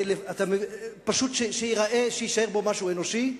פשוט כדי שיישאר בו משהו אנושי,